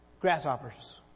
Grasshoppers